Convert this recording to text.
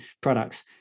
products